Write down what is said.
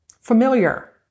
familiar